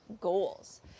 goals